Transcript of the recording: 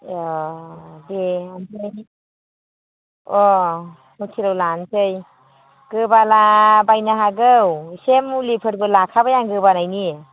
अह दे ओमफ्राय अह ह'टेलआव लानोसै गोबाला बायनो हागौ एसे मुलिफोरबो लाखाबाय आं गोबानायनि